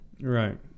Right